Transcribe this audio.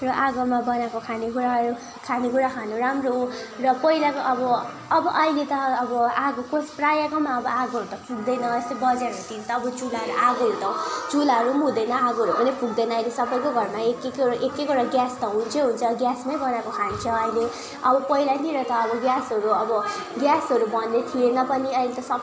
र आगोमा बनाएको खानेकुराहरू खानेकुरा खानु राम्रो हो र पहिलाको अब अब अहिले त अब आगोको प्राय कोमा अब आगोहरू त हुँदैन यस्तो बजारहरूतिर अब चुल्हाहरू आगोहरू त चुल्हाहरू पनि हुँदैन आगोहरू पनि फुक्दैन अहिले सबैको घरमा एक एकवटा एक एकवटा ग्यास त हुन्छै हुन्छ ग्यासमै बनाएको खान्छ अहिले अब पहिलातिर त अब ग्यासहरू अब ग्यासहरू भन्ने थिएन पनि अहिले त सबै